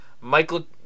Michael